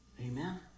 Amen